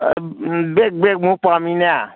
bag ꯕꯦꯒ ꯃꯨꯛ ꯄꯥꯝꯃꯤꯅꯦ